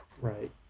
right